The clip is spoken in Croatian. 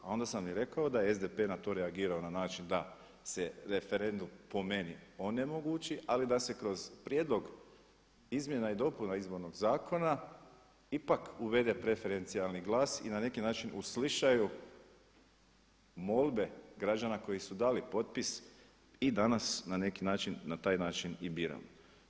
A onda sam i rekao da je SDP na to reagirao na način da se referendum po meni onemogući, ali da se kroz prijedlog izmjena i dopuna Izbornog zakona ipak uvede preferencijalni glas i na neki način uslišaju molbe građana koji su dali potpis i danas na neki način na taj način i biramo.